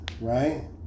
Right